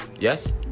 Yes